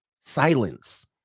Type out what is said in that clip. silence